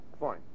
Fine